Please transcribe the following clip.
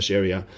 area